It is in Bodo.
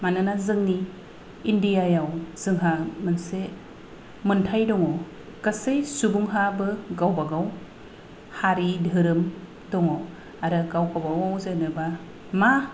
मानोना जोंनि इन्दियायाव जोंहा मोनसे मोन्थाइ दङ गासै सुबुंहाबो गावबा गाव हारि धोरोम दङ आरो गावबा गाव जेनेबा मा